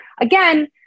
again